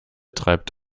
treibt